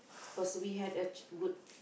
cause we had a ch~ good